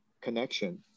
connection